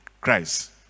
Christ